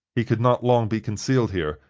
he could not long be concealed here,